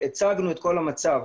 הצגנו את כל המצב,